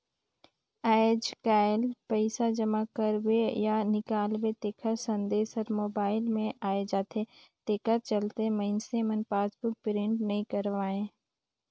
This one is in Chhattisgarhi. आयज कायल पइसा जमा करबे या निकालबे तेखर संदेश हर मोबइल मे आये जाथे तेखर चलते मइनसे मन पासबुक प्रिंट नइ करवायें